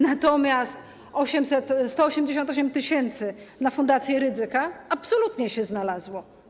Natomiast 188 tys. dla fundacji Rydzyka absolutnie się znalazło.